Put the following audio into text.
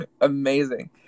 amazing